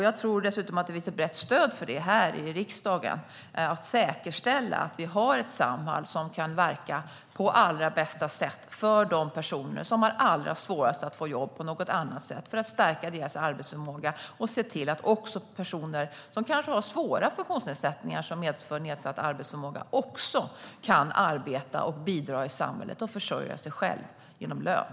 Jag tror att det finns ett brett stöd här i riksdagen för att säkerställa att vi har ett Samhall som kan verka på allra bästa sätt för de personer som har svårast att få jobb på annat sätt, för att stärka deras arbetsförmåga och se till att också personer med svåra funktionsnedsättningar som medför nedsatt arbetsförmåga kan arbeta och bidra i samhället och försörja sig själva genom lön.